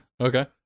okay